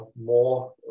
more